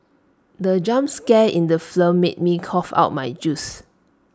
the jump scare in the flow made me cough out my juice